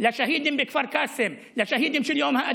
מישהו ערך את הסרט באופן,